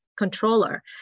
controller